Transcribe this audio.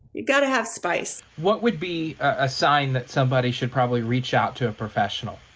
you've got to have spice. what would be a sign that somebody should probably reach out to a professional?